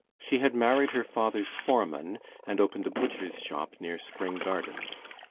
she had married her father's foreman and opened a butcher's shop near spring gardens.